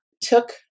took